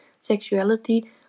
sexuality